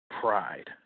pride